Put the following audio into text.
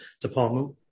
department